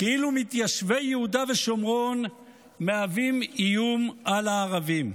כאילו מתיישבי יהודה ושומרון מהווים איום על הערבים.